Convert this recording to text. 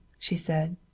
she said.